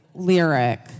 Lyric